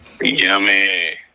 Yummy